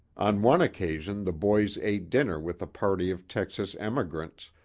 on one occasion the boys ate dinner with a party of texas emigrants,